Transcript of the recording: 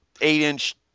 eight-inch